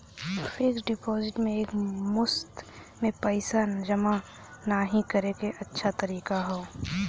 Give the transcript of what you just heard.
fixed deposit में एक मुश्त में पइसा जमा नाहीं करे क अच्छा तरीका हौ